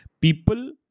people